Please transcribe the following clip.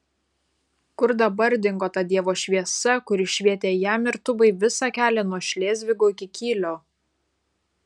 kur dabar dingo ta dievo šviesa kuri švietė jam ir tubai visą kelią nuo šlėzvigo iki kylio